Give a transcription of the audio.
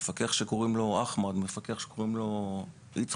מפקח שקוראים לו אחמד, מפקח שקוראים לו יצחק.